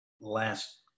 last